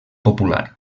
popular